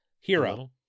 Hero